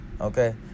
okay